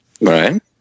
right